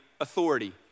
authority